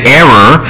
error